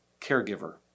caregiver